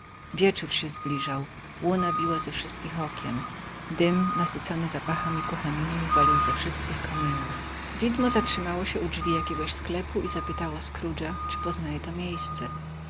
wieczór się zbliżał łuna biła ze wszystkich okien dym nasycony zapachami kuchennymi walił ze wszystkich kominów widmo zatrzymało się u drzwi jakiegoś sklepu i zapytało scroogea czy poznaje to miejsce